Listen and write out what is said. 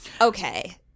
Okay